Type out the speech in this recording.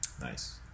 Nice